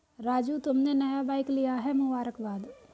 राजू तुमने नया बाइक लिया है मुबारकबाद